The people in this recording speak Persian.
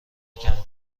محکم